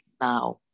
now